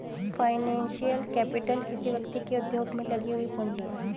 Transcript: financial capital किसी व्यक्ति के उद्योग में लगी हुई पूंजी है